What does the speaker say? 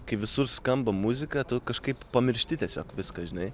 kai visur skamba muzika tu kažkaip pamiršti tiesiog viską žinai